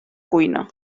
cuina